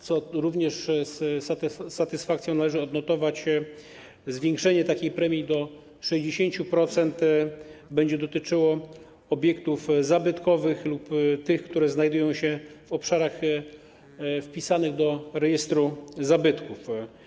Co również z satysfakcją należy odnotować, zwiększenie takiej premii do 60% będzie dotyczyło obiektów zabytkowych lub obiektów, które znajdują się na obszarach wpisanych do rejestru zabytków.